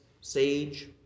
sage